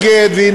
אני מגיבה.